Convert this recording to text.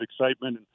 excitement